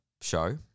show